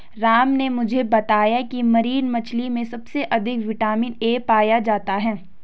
राम ने मुझे बताया की मरीन मछली में सबसे अधिक विटामिन ए पाया जाता है